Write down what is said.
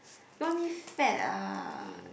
you want me fat ah